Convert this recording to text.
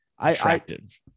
attractive